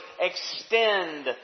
extend